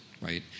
right